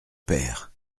père